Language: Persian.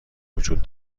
وجود